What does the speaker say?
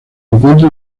encuentra